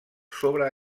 sobre